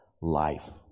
life